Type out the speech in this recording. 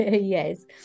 Yes